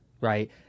right